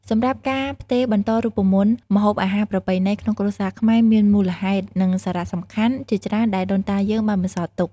សម្រាប់ការផ្ទេរបន្តរូបមន្តម្ហូបអាហារប្រពៃណីក្នុងគ្រួសារខ្មែរមានមូលហេតុ និងសារៈសំខាន់ជាច្រើនដែលដូនតាយើងបានបន្សល់ទុក។